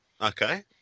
Okay